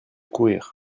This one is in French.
courrir